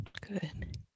Good